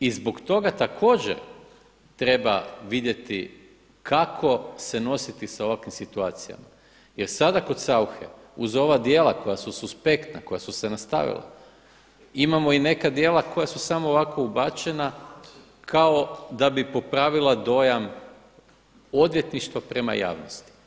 I zbog toga također treba vidjeti kako se nositi sa ovakvim situacijama, jer sada kod Sauche uz ova djela koja su suspektna, koja su se nastavila imamo i neka djela koja su samo ovako ubačena kao da bi popravila dojam odvjetništva prema javnosti.